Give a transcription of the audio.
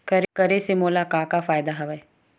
करे से मोला का का फ़ायदा हवय?